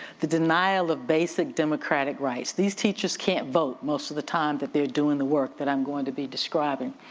the denial of basic democratic rights. these teachers can't vote most of the time that they're doing the work that i'm going to be describing,